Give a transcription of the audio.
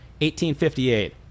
1858